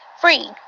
free